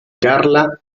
carla